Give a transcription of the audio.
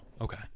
Okay